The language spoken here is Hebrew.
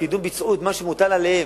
הפקידים ביצעו את מה שמוטל עליהם.